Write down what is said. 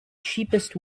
cheapest